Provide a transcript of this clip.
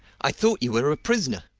i thought you were a prisoner.